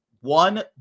one